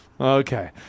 Okay